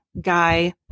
Guy